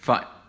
Fine